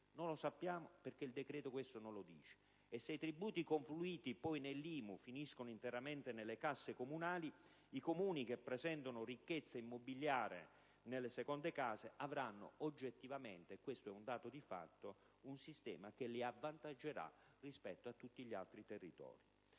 Non lo sappiamo perché il decreto questo non lo dice. E se poi i tributi confluiti nell'IMU finiscono interamente nelle casse comunali, i Comuni che presentano ricchezza immobiliare nelle seconde case, avranno oggettivamente (questo è un dato di fatto) un sistema che li avvantaggerà rispetto agli altri territori.